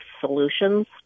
solutions